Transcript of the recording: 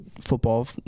football